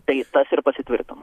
tai tas ir pasitvirtino